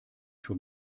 schon